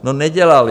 No nedělali.